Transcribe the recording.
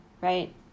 right